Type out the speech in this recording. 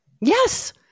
Yes